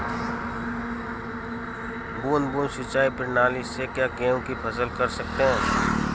बूंद बूंद सिंचाई प्रणाली से क्या गेहूँ की फसल कर सकते हैं?